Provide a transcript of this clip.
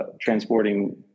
transporting